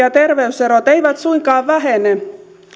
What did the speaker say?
ja terveyserot eivät suinkaan vähene